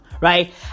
Right